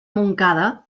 montcada